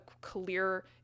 clear